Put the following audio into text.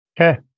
Okay